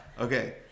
Okay